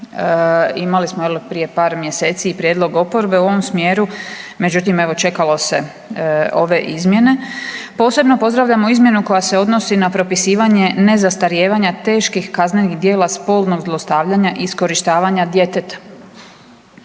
Imali smo prije par mjeseci i prijedlog oporbe u ovom smjeru, međutim evo čekalo se ove izmjene. Posebno pozdravljamo izmjenu koja se odnosi na propisivanje ne zastarijevanja teških kaznenih djela spolnog zlostavljanja iskorištavanja djeteta.